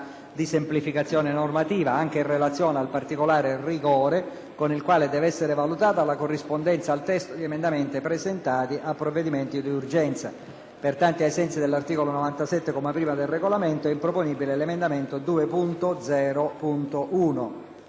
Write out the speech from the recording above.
di semplificazione normativa, anche in relazione al particolare rigore con il quale deve essere valutata la corrispondenza al testo di emendamenti presentati a provvedimenti di urgenza. Pertanto, ai sensi dell'articolo 97, comma primo, del Regolamento è improponibile l'emendamento 2.0.1.